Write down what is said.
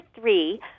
three